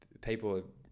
People